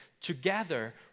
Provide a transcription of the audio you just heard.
together